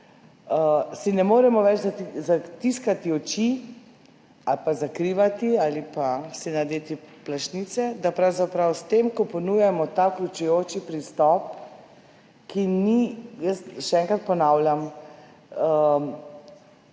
si ne moremo več zatiskati oči ali pa zakrivati ali pa si nadevati plašnic, da pravzaprav s tem, ko ponujamo ta vključujoči pristop, ki ni – še enkrat ponavljam,